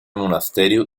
monasterio